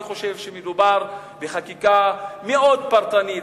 אני חושב שמדובר בחקיקה מאוד פרטנית.